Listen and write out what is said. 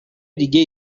دیگه